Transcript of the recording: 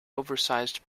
oversized